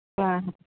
હા હા